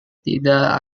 tidak